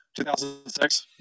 2006